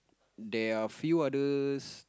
they are few others